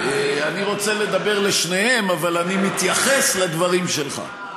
אני רוצה לדבר לשניהם, אבל אני מתייחס לדברים שלך.